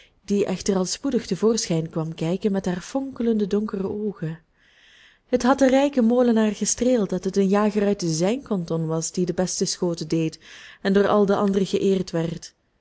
die echter al spoedig te voorschijn kwam kijken met haar fonkelende donkere oogen het had den rijken molenaar gestreeld dat het een jager uit zijn kanton was die de beste schoten deed en door al de anderen geëerd werd